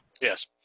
yes